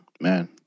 Man